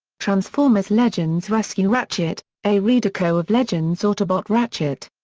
transformers legends rescue ratchet a redeco of legends autobot ratchet.